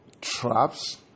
Traps